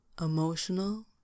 Emotional